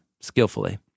skillfully